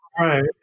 right